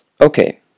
Okay